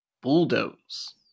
bulldoze